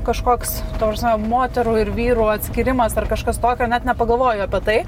kažkoks ta prasme moterų ir vyrų atskyrimas ar kažkas tokio net nepagalvoju apie tai